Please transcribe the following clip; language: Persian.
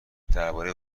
درباره